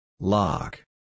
Lock